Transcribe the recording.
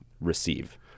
receive